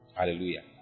Hallelujah